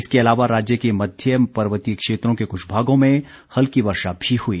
इसके अलावा राज्य के मध्य पर्वतीय क्षेत्रों के क्छ भागों में हल्की वर्षा भी हुई